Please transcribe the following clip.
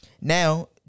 Now